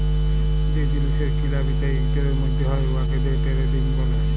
যে জিলিসের কিলা বিচা ইক দিলের ম্যধে হ্যয় উয়াকে দে টেরেডিং ব্যলে